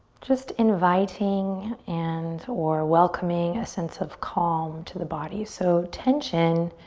just inviting and or welcoming a sense of calm to the body. so tension